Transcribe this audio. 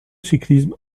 cyclisme